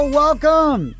welcome